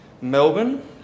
Melbourne